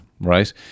Right